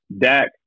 Dak